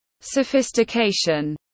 sophistication